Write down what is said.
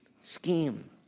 scheme